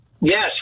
yes